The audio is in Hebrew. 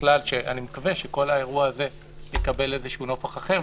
אני מקווה שכל האירוע הזה יקבל איזשהו נופך אחר,